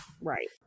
Right